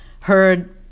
heard